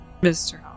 Mr